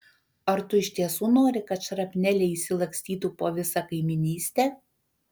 ar tu iš tiesų nori kad šrapneliai išsilakstytų po visą kaimynystę